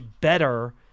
better